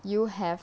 you have